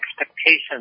expectations